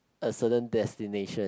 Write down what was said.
a certain destination